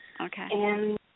Okay